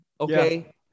okay